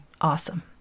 Awesome